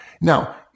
Now